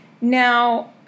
Now